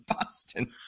Boston